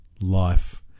life